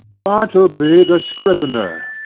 bartleby, the scrivener.